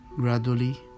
Gradually